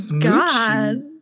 God